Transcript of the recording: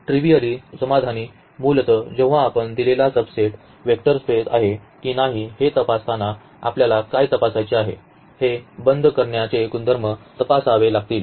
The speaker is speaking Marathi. ट्रिव्हीयली समाधानी मूलत जेव्हा आपण दिलेला सबसेट वेक्टर स्पेस आहे की नाही हे तपासताना आपल्याला काय तपासायचे आहे हे बंद करण्याचे गुणधर्म तपासावे लागतील